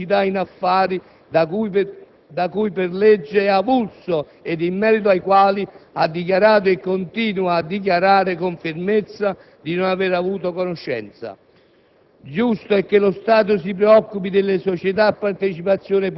Non per questo l'Esecutivo può essere imputato di complicità in affari da cui, per legge, è avulso ed in merito ai quali ha dichiarato e continua a dichiarare con fermezza di non aver avuto conoscenza.